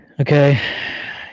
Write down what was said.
Okay